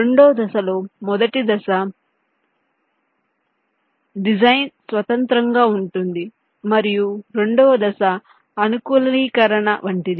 రెండు దశల్లో మొదటి దశ డిజైన్ స్వతంత్రంగా ఉంటుంది మరియు రెండవ దశ అనుకూలీకరణ వంటిది